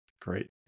great